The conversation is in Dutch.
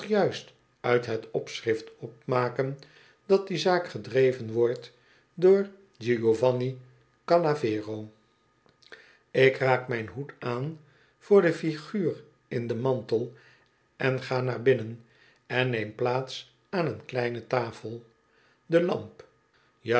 juist uit het opschrift opmaken dat die zaak gedreven wordt door giovanni oarlavero ik raak mijn hoed aan voor de figuur in den mantel en ga naar binnen en neem plaats aan een kleine tafel de lamp